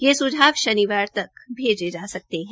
ये स्झाव शनिवार तक भेजे जा सकते है